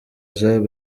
jean